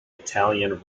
italian